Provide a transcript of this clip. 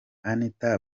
anita